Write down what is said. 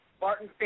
Martin